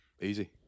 Easy